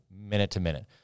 minute-to-minute